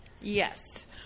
Yes